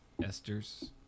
esters